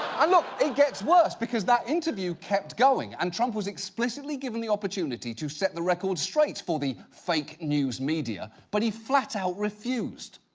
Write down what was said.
ah look, it gets worse, because that interview kept going and trump was explicitly given the opportunity to set the record straight for the fake news media, but he flat-out refused.